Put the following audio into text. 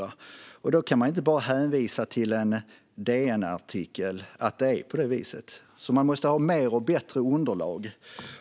Man kan inte bara hänvisa till en artikel i DN. Man måste ha mer och bättre underlag.